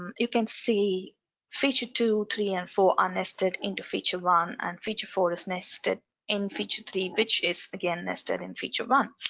you can see feature two, three and four are nested into feature one and feature four is nested in feature three, which is again nested in feature one.